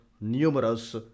numerous